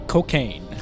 Cocaine